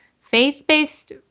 faith-based